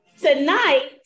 Tonight